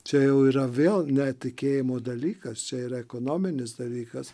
čia jau yra vėl ne tikėjimo dalykuose ir ekonominis dalykas